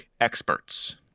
experts